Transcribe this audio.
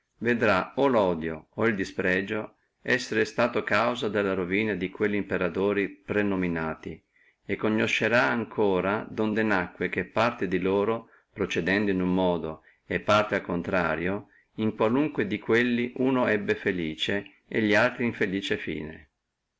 vedrà o lodio o il disprezzo esser suto cagione della ruina di quelli imperatori prenominati e conoscerà ancora donde nacque che parte di loro procedendo in uno modo e parte al contrario in qualunque di quelli uno di loro ebbe felice e li altri infelice fine